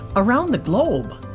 around the globe.